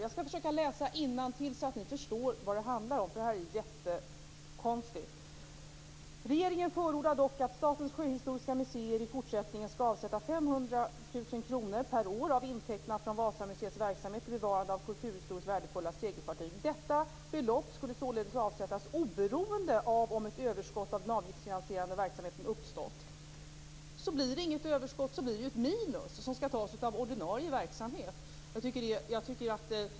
Jag skall läsa innantill, så att ni förstår vad det handlar om: Regeringen förordar dock att Statens sjöhistoriska museer i fortsättningen skulle avsätta Blir det inget överskott, blir det alltså ett minus som skall tas från ordinarie verksamhet.